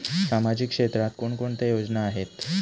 सामाजिक क्षेत्रात कोणकोणत्या योजना आहेत?